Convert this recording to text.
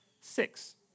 six